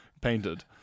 painted